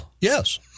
Yes